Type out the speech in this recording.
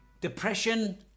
depression